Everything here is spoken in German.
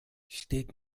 steht